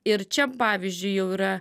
ir čia pavyzdžiui jau yra